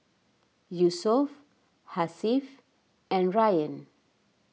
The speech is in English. Yusuf Hasif and Ryan